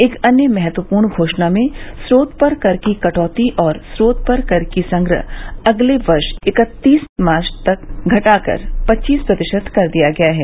एक अन्य महत्वपूर्ण घोषणा में स्रोत पर कर की कटौती और स्रोत पर कर संग्रह अगले वर्ष इकत्तीस मार्च तक घटाकर पच्चीस प्रतिशत कर दिया गया है